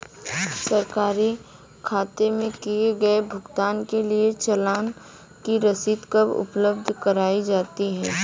सरकारी खाते में किए गए भुगतान के लिए चालान की रसीद कब उपलब्ध कराईं जाती हैं?